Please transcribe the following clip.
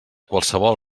qualsevol